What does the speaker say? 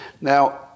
Now